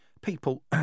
People